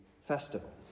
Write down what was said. festival